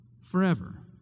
forever